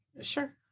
Sure